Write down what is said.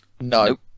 No